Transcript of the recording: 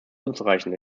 unzureichend